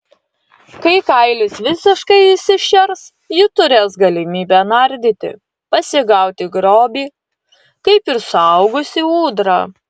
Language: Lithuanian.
kai kailis visiškai išsišers ji turės galimybę nardyti pasigauti grobį kaip ir suaugusi ūdra